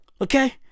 Okay